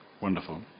Wonderful